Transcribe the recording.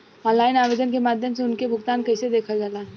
Online आवेदन के माध्यम से उनके भुगतान कैसे देखल जाला?